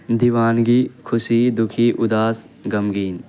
دیوانگی خوشی دکھی اداس غمگین